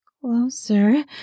closer